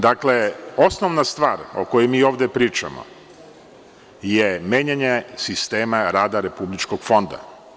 Dakle, osnovna stvar o kojoj mi ovde pričamo je menjanje sistema rada Republičkog fonda.